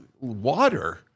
water